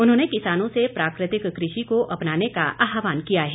उन्होंने किसानों से प्राकृतिक कृषि को अपनाने का आहवान किया है